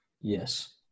Yes